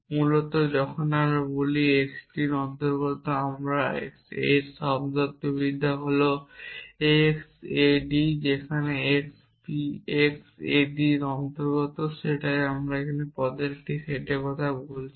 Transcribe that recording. মূলত যখন আমরা বলি x টি এর অন্তর্গত আমরা এর শব্দার্থবিদ্যা হল যে x A D এর যেখানে x v x A D এর অন্তর্গত সেটাই আমরা পদের একটি সেট বলছি